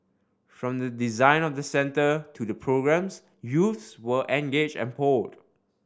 from the design of the centre to the programmes youths were engaged and polled